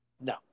No